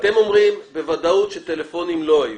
אתם אומרים בוודאות שטלפונים לא היו.